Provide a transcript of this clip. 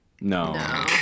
No